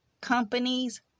companies